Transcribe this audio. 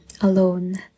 alone